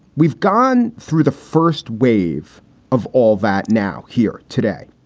we've gone through the first wave of all that now here today,